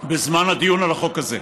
בזמן הדיון על החוק הזה.